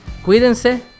Cuídense